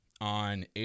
on